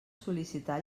sol·licitar